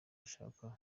ashaka